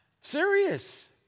Serious